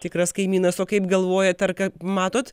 tikras kaimynas o kaip galvojat ar ką matot